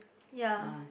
ya